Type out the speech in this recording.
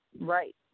right